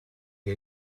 die